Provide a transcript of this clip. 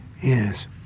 Yes